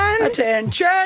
Attention